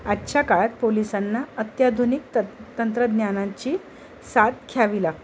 आजच्या काळात पोलिसांना अत्याधुनिक त तंत्रज्ञानांची सात घ्यावी लागते